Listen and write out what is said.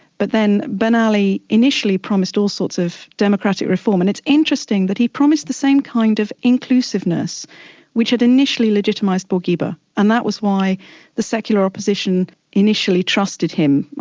but then ben ali initially promised all sorts of democratic reform, and it's interesting that he promised the same kind of inclusiveness which had initially legitimised bourguiba. and that was why the secular opposition initially trusted him,